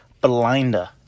blinder